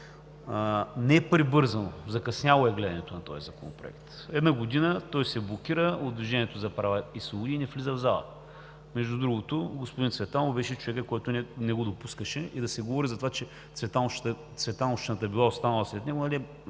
Не е прибързано, закъсняло е гледането на този законопроект. Една година той се блокира от „Движението за права и свободи“ и не влиза в залата. Между другото, господин Цветанов беше човекът, който не го допускаше и да се говори за това, че цветановщината е била останала след него